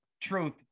truth